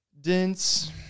dense